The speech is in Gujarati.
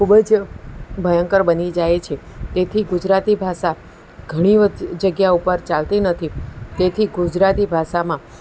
ખૂબ જ ભયંકર બની જાય છે તેથી ગુજરાતી ભાષા ઘણી વખ જગ્યાઓ પર ચાલતી નથી તેથી ગુજરાતી ભાષામાં